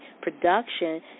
production